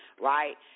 right